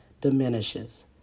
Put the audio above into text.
diminishes